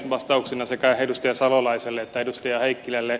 vastauksena sekä edustaja salolaiselle että edustaja heikkilälle